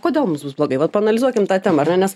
kodėl mums bus blogai vat paanalizuokim tą temą ar ne nes